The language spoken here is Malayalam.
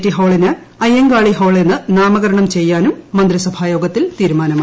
ടി ഹാളിന് അയ്യൻങ്കാളി ഹാൾ എന്ന് നാമകരണം ചെയ്യാനും മന്ത്രിസഭ യോഗത്തിൽ തീരുമാനമായി